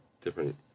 different